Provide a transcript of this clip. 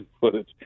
footage